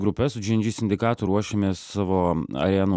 grupe su džy en džy sindikatu ruošėmės savo arenų